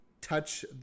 touch